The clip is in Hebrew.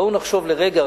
בואו נחשוב לרגע,